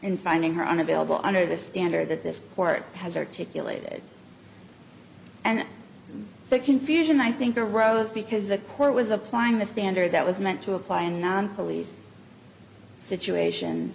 in finding her unavailable under the standard that this court has articulated and the confusion i think arose because the court was applying the standard that was meant to apply and non police situation